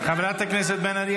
והוא